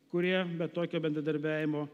kurie be tokio bendradarbiavimo